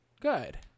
Good